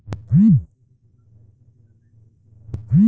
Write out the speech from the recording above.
बिजली बिल जमा करे खातिर आनलाइन कइसे करम?